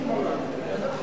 שלוש